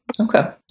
Okay